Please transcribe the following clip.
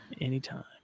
Anytime